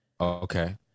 okay